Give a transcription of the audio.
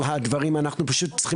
אני מקווה